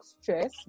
stress